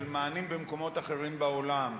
של מענים במקומות אחרים בעולם,